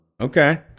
Okay